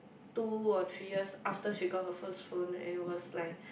two or three years after she got her first phone and it was like